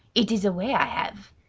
it is a way i have!